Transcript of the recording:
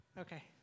Okay